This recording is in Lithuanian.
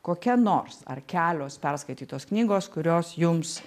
kokia nors ar kelios perskaitytos knygos kurios jums